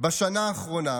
בשנה האחרונה,